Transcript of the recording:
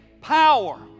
power